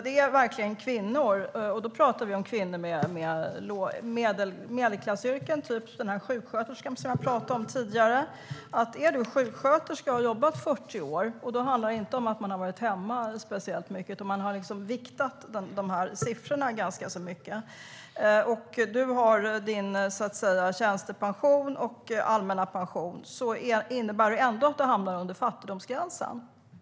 Det handlar om kvinnor med medelklassyrken som den sjuksköterska jag talade om tidigare. Du är sjuksköterska och har jobbat 40 år. Då handlar det inte om att du har varit hemma speciellt mycket, utan man har viktat siffrorna ganska så mycket. Du har din tjänstepension och allmänna pension. Det innebär ändå att du hamnar under fattigdomsgränsen.